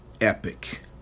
epic